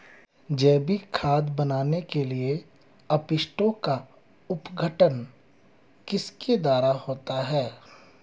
जैविक खाद बनाने के लिए अपशिष्टों का अपघटन किसके द्वारा होता है?